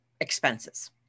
expenses